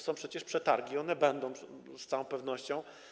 Są przecież przetargi, one będą z całą pewnością.